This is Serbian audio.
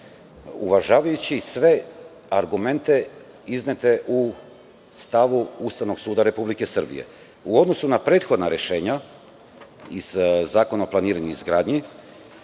uvažavajući sve argumente iznete u stavu Ustavnog suda RS. U odnosu na prethodna rešenja iz Zakona o planiranju i izgradnji